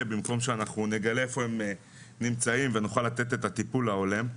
במקום שנגלה איפה הן נמצאות ונוכל לתת את הטיפול ההולם.